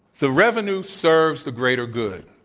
the revenue serves the greater good.